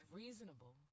reasonable